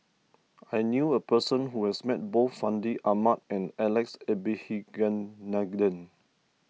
I knew a person who has met both Fandi Ahmad and Alex Abisheganaden